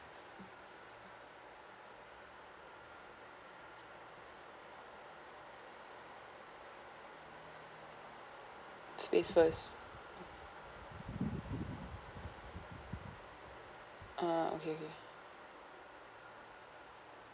space first uh okay okay